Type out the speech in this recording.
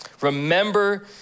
Remember